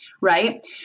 right